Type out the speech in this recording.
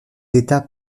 états